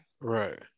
Right